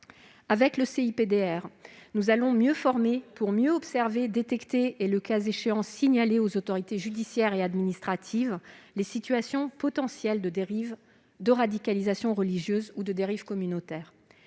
(CIPDR), nous allons mieux former, pour mieux observer et détecter et, le cas échéant, pour signaler aux autorités judiciaires et administratives les situations potentielles de dérive de radicalisation religieuse ou de dérive communautaire.